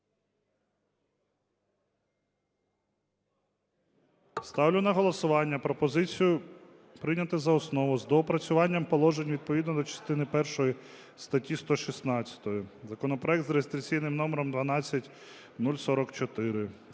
Ставлю на голосування пропозицію прийняти за основу з доопрацюванням положень відповідно до частини першої статті 116 законопроект з реєстраційним номером 12044: